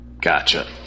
Gotcha